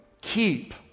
keep